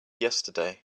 yesterday